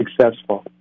successful